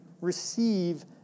receive